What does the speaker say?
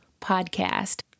podcast